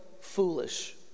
foolish